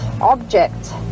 object